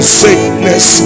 sickness